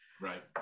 Right